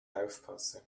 aufpasse